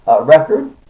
record